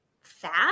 fat